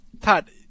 Todd